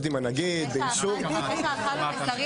(הישיבה נפסקה בשעה